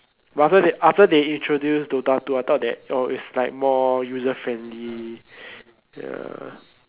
but after they after they introduce dota two I thought that oh it's like more user friendly ya